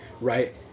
right